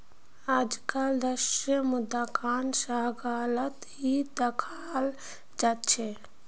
आजकल द्रव्य मुद्राक संग्रहालत ही दखाल जा छे